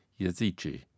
Yazici